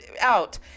out